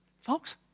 folks